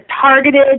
targeted